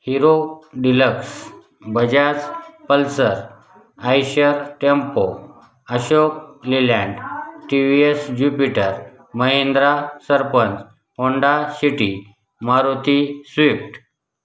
hero Deluxe Bajaj Pulsar Eicher tempo Ashok Leyland T V S Jupiter Mahindra sarpanch Honda city Maruti Swift